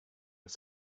was